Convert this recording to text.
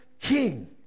king